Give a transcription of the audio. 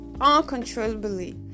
uncontrollably